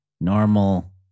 normal